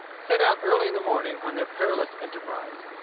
set out early in the morning on their perilous enterprise.